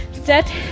set